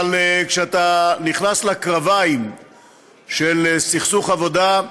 אבל כשאתה נכנס לקרביים של סכסוך עבודה,